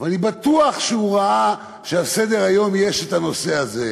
ואני בטוח שהוא ראה שעל סדר-היום יש הנושא הזה,